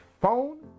phone